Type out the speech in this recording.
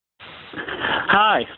Hi